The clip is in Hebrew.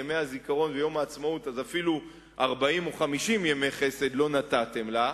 ימי הזיכרון ויום העצמאות אז אפילו 40 או 50 ימי חסד לא נתתם לה,